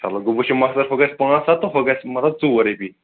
چلو گوٚو وۅنۍ چھُ مۅخصر ہُہ گژھِ پانٛژھ ہتھ تہٕ ہُہ گژھِ مطلب ژور ڈی اے پی